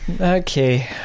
okay